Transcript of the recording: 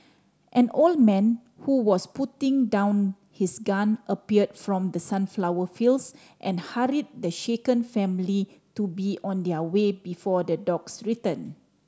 an old man who was putting down his gun appear from the sunflower fields and hurried the shaken family to be on their way before the dogs return